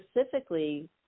specifically